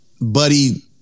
Buddy